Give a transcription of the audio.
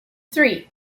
three